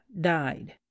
died